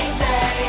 say